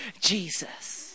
jesus